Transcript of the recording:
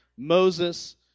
moses